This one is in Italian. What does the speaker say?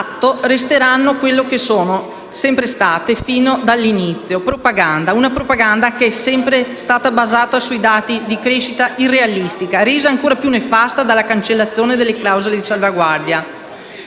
resteranno quello che sono sempre state fin dall'inizio: propaganda, una propaganda che è sempre stata basata su dati di crescita irrealistici, resa ancora più nefasta dalla cancellazione delle clausole di salvaguardia.